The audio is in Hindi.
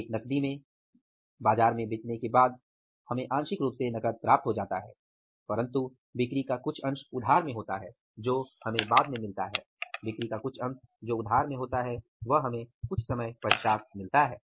एक नकदी में बाजार में बिक्री के तुरंत बाद हमें आंशिक रूप से नकद प्राप्त हो जाता है और बिक्री का कुछ अंश जो उधार में होता हैं वह बाद में मिलता है